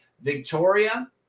Victoria